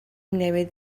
newydd